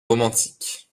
romantiques